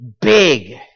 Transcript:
big